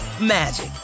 magic